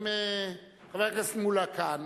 חבר הכנסת מולה כאן,